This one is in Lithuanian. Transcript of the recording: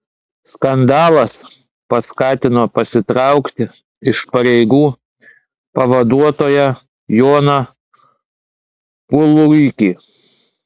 skandalas paskatino pasitraukti iš pareigų pavaduotoją joną puluikį